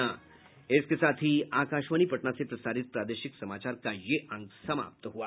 इसके साथ ही आकाशवाणी पटना से प्रसारित प्रादेशिक समाचार का ये अंक समाप्त हुआ